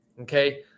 Okay